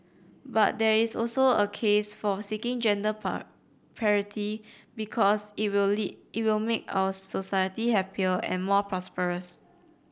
but there is also a case for seeking gender part parity because it will it will make our society happier and more prosperous